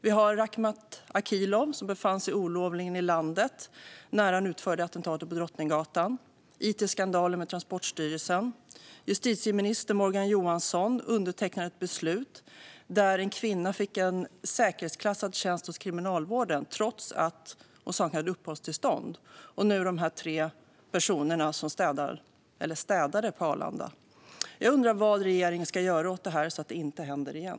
Vi har Rakhmat Akilov som olovligen befann sig i landet när han utförde attentatet på Drottninggatan, och vi har it-skandalen med Transportstyrelsen. Justitieminister Morgan Johansson undertecknade ett beslut där en kvinna fick en säkerhetsklassad tjänst inom kriminalvården trots att hon saknade uppehållstillstånd, och nu gäller det de tre personer som städade på Arlanda. Jag undrar vad regeringen ska göra åt detta så att det inte händer igen.